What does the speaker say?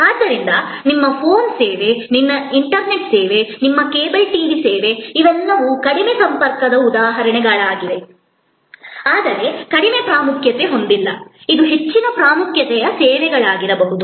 ಆದ್ದರಿಂದ ನಿಮ್ಮ ಫೋನ್ ಸೇವೆ ನಿಮ್ಮ ಇಂಟರ್ನೆಟ್ ಸೇವೆ ನಿಮ್ಮ ಕೇಬಲ್ ಟಿವಿ ಸೇವೆ ಇವೆಲ್ಲವೂ ಕಡಿಮೆ ಸಂಪರ್ಕದ ಉದಾಹರಣೆಗಳಾಗಿವೆ ಆದರೆ ಕಡಿಮೆ ಪ್ರಾಮುಖ್ಯತೆ ಹೊಂದಿಲ್ಲ ಇದು ಹೆಚ್ಚಿನ ಪ್ರಾಮುಖ್ಯತೆಯ ಸೇವೆಯಾಗಿರಬಹುದು